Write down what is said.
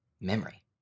memory